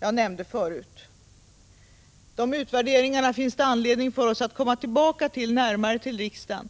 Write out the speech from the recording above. jag nämnde nyss. Dessa utvärderingar finns det anledning för oss att komma tillbaka till riksdagen med senare.